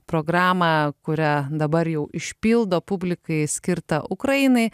programą kurią dabar jau išpildo publikai skirta ukrainai